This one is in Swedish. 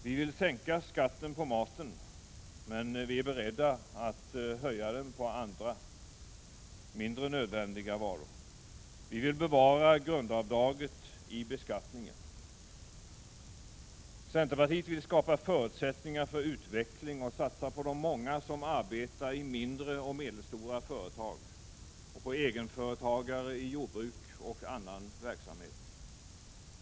Vi vill sänka skatten på maten, men vi är beredda att höja den på andra mindre nödvändiga varor. Vi vill bevara grundavdraget i beskattningen. Centerpartiet vill skapa förutsättningar för utveckling och satsa på de många som arbetar i mindre och medelstora företag och på egenföretagare i jordbruk och annan verksamhet.